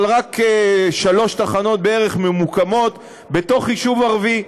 אבל רק שלוש תחנות בערך ממוקמות בתוך יישוב ערבי.